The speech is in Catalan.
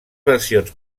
versions